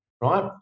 right